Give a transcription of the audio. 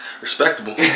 Respectable